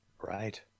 Right